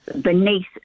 beneath